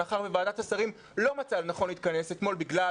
מאחר שוועדת השרים לא מצאה לנכון להתכנס אתמול בגלל